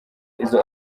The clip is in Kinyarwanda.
izo